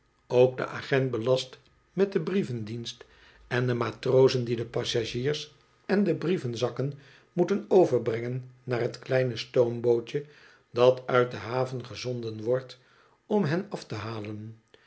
ook de agent belast met de brievendienst en de matrozen die de passagiers en de brievenzakken moeten overbrengen naar het kleine stoombootje dat uit de haven gezonden wordt om hen af te halen